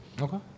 Okay